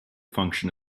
function